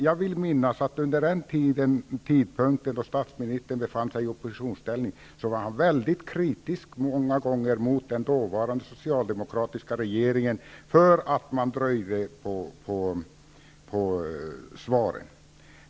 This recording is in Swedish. Jag vill minnas att statsministern, under den tid då han befann sig i oppositionsställning, många gånger var mycket kritisk mot den dåvarande socialdemokratiska regeringen när den dröjde med svaren.